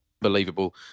Believable